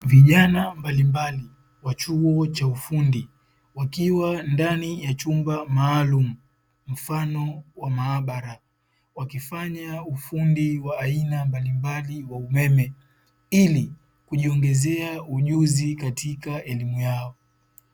Vijana mbalimbali wa chuo cha ufundi wakiwa ndani ya chumba maalumu mfano wa maabara, wakifanya ufundi wa aina mbalimbali wa umeme ili kujiongezea ujuzi katika elimu yao.